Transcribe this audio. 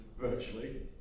virtually